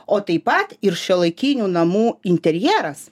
o taip pat ir šiuolaikinių namų interjeras